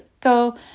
go